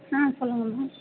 ஆ சொல்லுங்கள் மேம்